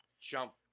jump